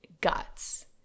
guts